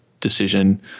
decision